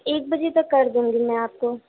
ایک بجے تک کر دوں گی میں آپ کو